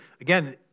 again